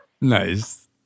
Nice